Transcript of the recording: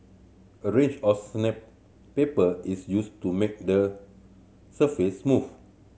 a range of sandpaper is used to make the surface smooth